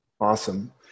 Awesome